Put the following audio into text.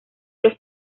los